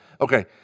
Okay